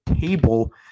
table